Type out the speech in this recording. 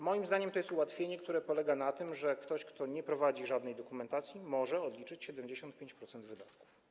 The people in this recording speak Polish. Moim zdaniem jest to ułatwienie, które polega na tym, że ktoś, kto nie prowadzi żadnej dokumentacji, może odliczyć 75% wydatków.